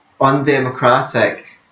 undemocratic